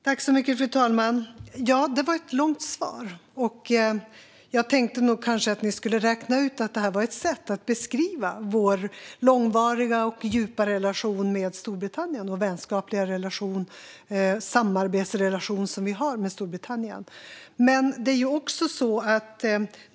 Fru talman! Ja, det var ett långt svar. Jag tänkte att ni kanske skulle räkna ut att det var ett sätt att beskriva vår långvariga, djupa och vänskapliga samarbetsrelation med Storbritannien.